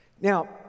Now